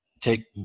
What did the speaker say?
take